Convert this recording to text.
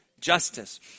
justice